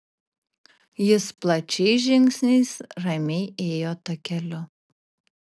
jis plačiais žingsniais ramiai ėjo takeliu